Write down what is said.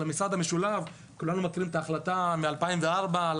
המשרד המשולב כולנו מכירים את ההחלטה מ-2004 על